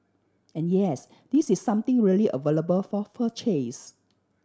and yes this is something really available for purchase